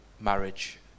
marriage